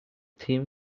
team